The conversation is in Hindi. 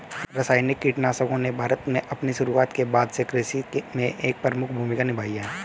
रासायनिक कीटनाशकों ने भारत में अपनी शुरुआत के बाद से कृषि में एक प्रमुख भूमिका निभाई है